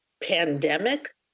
pandemic